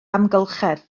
amgylchedd